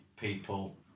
people